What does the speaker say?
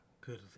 Good